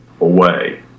away